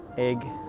egg